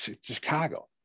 Chicago